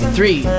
Three